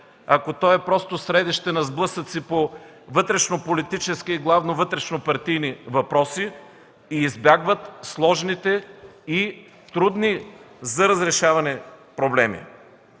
ако той е просто средище на сблъсъци по вътрешнополитически и главно вътрешнопартийни въпроси и избягва сложните и трудни за разрешаване проблеми?